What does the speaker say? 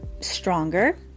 stronger